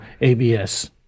ABS